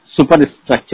superstructure